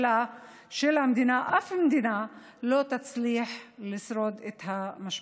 מדינה אף מדינה לא תצליח לשרוד את המשבר.